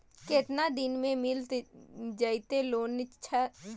केतना दिन में मिल जयते लोन सर?